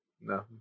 no